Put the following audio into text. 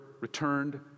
returned